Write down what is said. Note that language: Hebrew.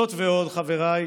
זאת ועוד, חבריי,